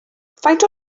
faint